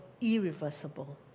irreversible